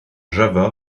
java